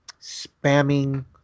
spamming